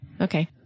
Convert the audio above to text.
Okay